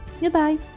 Goodbye